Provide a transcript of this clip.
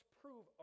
prove